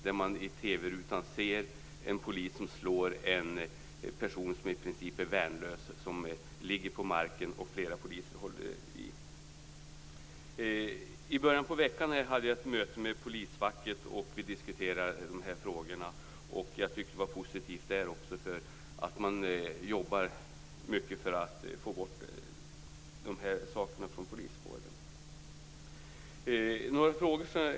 Man ser i TV rutan en polis som slår en person som i princip är värnlös. Personen ligger på marken och flera poliser håller i. I början på veckan hade jag ett möte med polisfacket, och vi diskuterade dessa frågor. Jag tycker att det var positivt. Man jobbar mycket för att få bort dessa saker från poliskåren.